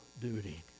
duty